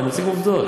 אני מציג עובדות.